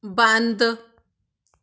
ਬੰਦ